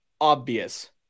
obvious